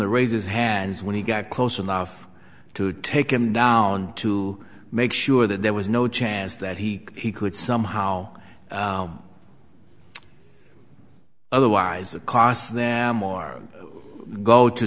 the raises hands when he got close enough to take him down to make sure that there was no chance that he could somehow otherwise it cost them our go to